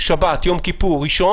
שבת או ביום ראשון,